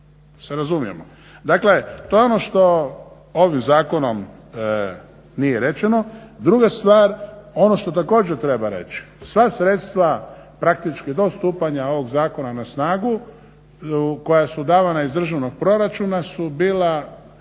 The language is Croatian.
se razumijemo. Dakle, to je ono što ovim zakonom nije rečeno. Druga stvar ono što također treba reći sva sredstva praktički do stupanja ovog zakona na snagu koja su davana iz državnog proračuna su bila